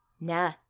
Nah